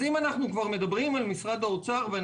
אז אם אנחנו מדברים על משרד האוצר ועל